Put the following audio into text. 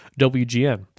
WGN